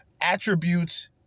Attributes